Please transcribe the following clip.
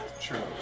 True